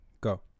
Go